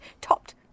topped